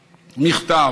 מכתב,